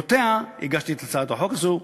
בעקבות דבריה הגשתי את הצעת החוק הזאת,